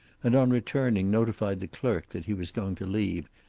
and on returning notified the clerk that he was going to leave,